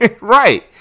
right